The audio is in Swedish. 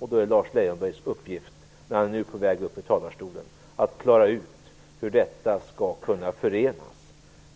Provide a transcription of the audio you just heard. Då är det Lars Leijonborgs uppgift, när han nu kommer upp i talarstolen, att klara ut hur detta skall kunna förenas.